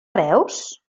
reus